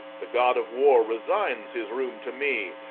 the god of war resigns his room to me,